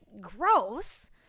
gross